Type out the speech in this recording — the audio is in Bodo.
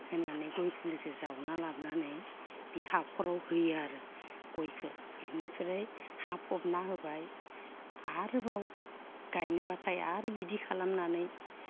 होनानै गय फुलिखौ जावना लाबनानै बे हाखराव होयो आरो गयखो बिनिफ्राय हा फबना होबाय आरोबाव गायनोब्लाथाय आरो बिदि खालामनानै